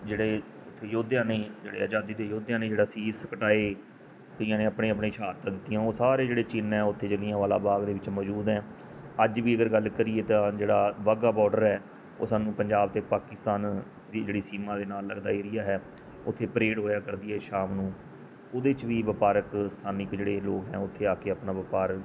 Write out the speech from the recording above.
ਜਿਹੜੇ ਉੱਥੇ ਯੋਧਿਆਂ ਨੇ ਜਿਹੜੇ ਆਜ਼ਾਦੀ ਦੇ ਯੋਧਿਆਂ ਨੇ ਜਿਹੜਾ ਸੀਸ ਕਟਾਏ ਕਈਆਂ ਨੇ ਆਪਣੇ ਆਪਣੇ ਸ਼ਹਾਦਤਾਂ ਦਿੱਤੀਆਂ ਉਹ ਸਾਰੇ ਜਿਹੜੇ ਚਿੰਨ੍ਹ ਆ ਉੱਥੇ ਜਲਿਆਂਵਾਲਾ ਬਾਗ ਦੇ ਵਿੱਚ ਮੌਜੂਦ ਹੈ ਅੱਜ ਵੀ ਅਗਰ ਗੱਲ ਕਰੀਏ ਤਾਂ ਜਿਹੜਾ ਵਾਹਗਾ ਬਾਰਡਰ ਹੈ ਉਹ ਸਾਨੂੰ ਪੰਜਾਬ ਅਤੇ ਪਾਕਿਸਤਾਨ ਦੀ ਜਿਹੜੀ ਸੀਮਾ ਦੇ ਨਾਲ ਲੱਗਦਾ ਏਰੀਆ ਹੈ ਉੱਥੇ ਪਰੇਡ ਹੋਇਆ ਕਰਦੀ ਹੈ ਸ਼ਾਮ ਨੂੰ ਉਹਦੇ 'ਚ ਵੀ ਵਪਾਰਕ ਸਥਾਨਕ ਜਿਹੜੇ ਲੋਕ ਹੈ ਉੱਥੇ ਆ ਕੇ ਆਪਣਾ ਵਪਾਰ